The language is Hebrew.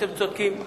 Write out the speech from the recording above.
אתם צודקים.